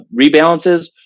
rebalances